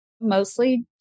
mostly